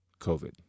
COVID